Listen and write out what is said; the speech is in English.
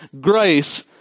grace